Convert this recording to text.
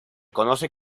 conoce